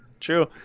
True